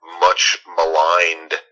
much-maligned